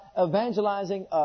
evangelizing